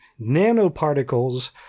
nanoparticles